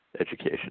Education